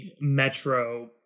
Metro